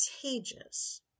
contagious